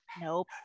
nope